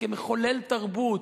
כמחולל תרבות,